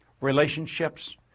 Relationships